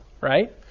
right